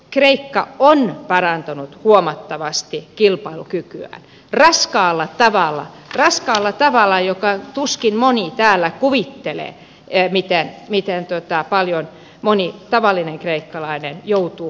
kreikka on parantanut huomattavasti kilpailukykyään raskaalla tavalla raskaalla tavalla josta tuskin moni täällä voi kuvitella miten paljosta moni tavallinen kreikkalainen joutuu luopumaan